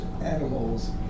animals